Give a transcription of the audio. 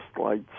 lights